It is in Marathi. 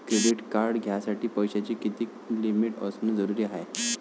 क्रेडिट कार्ड घ्यासाठी पैशाची कितीक लिमिट असनं जरुरीच हाय?